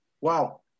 wow